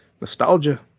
nostalgia